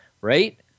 right